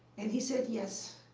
and he said yes,